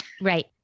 Right